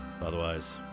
Otherwise